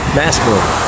masculine